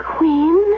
Queen